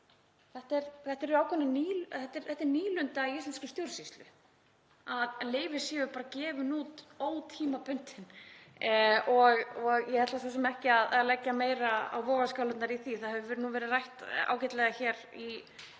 Þetta er ákveðin nýlunda í íslenskri stjórnsýslu, að leyfi séu bara gefin út ótímabundin. Og ég ætla svo sem ekki að leggja meira á vogarskálarnar í því, það hefur nú verið rætt ágætlega í ótengdu